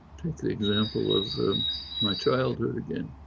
take the example of my childhood again.